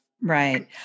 Right